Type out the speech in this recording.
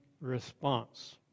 response